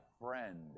friend